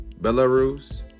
Belarus